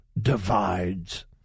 divides